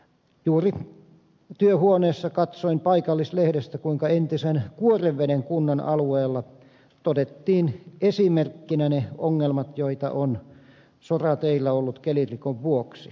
juuri työhuoneessani katsoin paikallislehdestä kuinka entisen kuoreveden kunnan alueella todettiin esimerkkinä ne ongelmat joita on sorateillä ollut kelirikon vuoksi